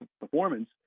performance